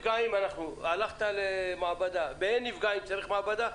הלכת למעבדה - באין נפגעים צריך מעבדה?